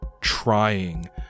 trying